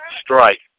Strike